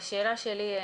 השאלה שלי,